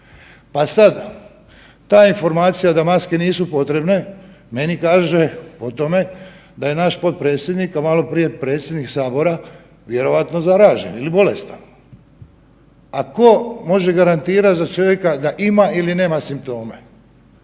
Pa sada, ta informacija da maske nisu potrebne meni kaže o tome da je naš potpredsjednik, a maloprije predsjednik sabora vjerojatno zaražen ili bolestan. A tko može garantirati za čovjeka da ima ili nema simptome?